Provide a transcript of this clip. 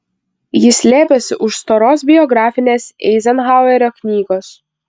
ji slėpėsi už storos biografinės eizenhauerio knygos